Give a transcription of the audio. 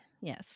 Yes